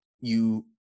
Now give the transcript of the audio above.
you-